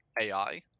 AI